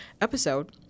episode